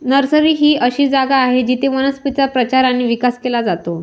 nursery ही अशी जागा आहे जिथे वनस्पतींचा प्रचार आणि विकास केला जातो